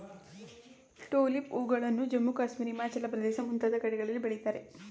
tulip ಹೂಗಳನ್ನು ಜಮ್ಮು ಕಾಶ್ಮೀರ, ಹಿಮಾಚಲ ಪ್ರದೇಶ ಮುಂತಾದ ಕಡೆಗಳಲ್ಲಿ ಬೆಳಿತಾರೆ